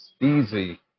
easy